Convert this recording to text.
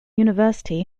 university